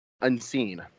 unseen